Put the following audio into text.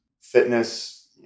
fitness